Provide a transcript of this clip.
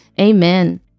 amen